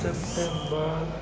September